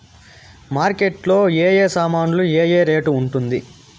Market లో ఏ ఏ సామాన్లు ఏ ఏ రేటు ఉంది?